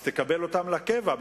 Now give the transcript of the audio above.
תקבל אותם לקבע,